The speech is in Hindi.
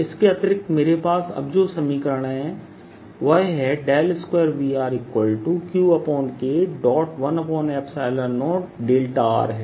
इसके अतिरिक्त मेरे पास अब जो समीकरण है वह है 2VrQK10δ है